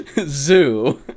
zoo